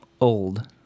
old